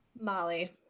Molly